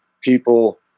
people